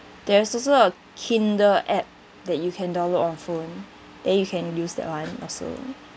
there is also a kindle app that you can download on phone then you can use that [one] also